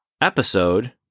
episode